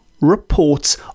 reports